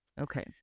Okay